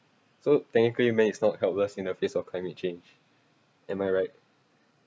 so technically human is not helpless in the face of climate change am I right